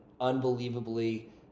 unbelievably